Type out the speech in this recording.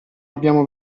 abbiamo